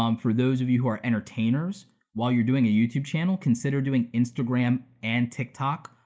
um for those of you who are entertainers while you're doing a youtube channel, consider doing instagram and tiktok.